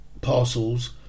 parcels